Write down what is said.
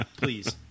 Please